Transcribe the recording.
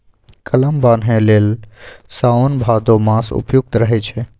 कलम बान्हे लेल साओन भादो मास उपयुक्त रहै छै